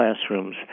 classrooms